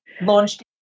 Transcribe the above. launched